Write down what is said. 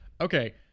okay